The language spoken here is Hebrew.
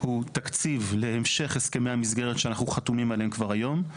הוא תקציב להמשך הסכמי המסגרת שאנחנו חתומים עליהם כבר היום.